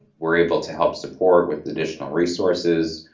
we're able to help support with additional resources.